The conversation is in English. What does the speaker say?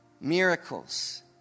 Miracles